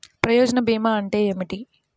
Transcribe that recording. ప్రయోజన భీమా అంటే ఏమిటి?